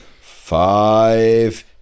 Five